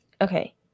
Okay